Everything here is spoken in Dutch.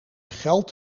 geld